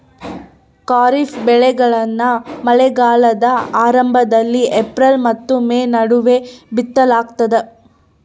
ಖಾರಿಫ್ ಬೆಳೆಗಳನ್ನ ಮಳೆಗಾಲದ ಆರಂಭದಲ್ಲಿ ಏಪ್ರಿಲ್ ಮತ್ತು ಮೇ ನಡುವೆ ಬಿತ್ತಲಾಗ್ತದ